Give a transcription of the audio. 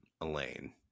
elaine